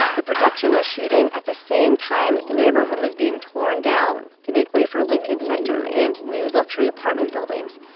the production was shooting at the same time the neighborhood was being torn down to make way for lincoln center and new luxury apartment buildings.